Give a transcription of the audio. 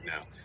now